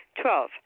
Twelve